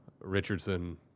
Richardson